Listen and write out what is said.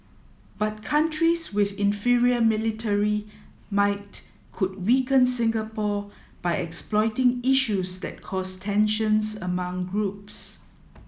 but countries with inferior military might could weaken Singapore by exploiting issues that cause tensions among groups